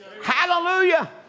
Hallelujah